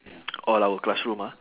all our classroom ah